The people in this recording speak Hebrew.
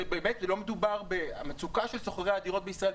שבאמת המצוקה של שוכרי הדירות בישראל,